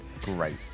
Great